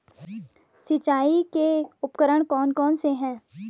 सिंचाई के उपकरण कौन कौन से हैं?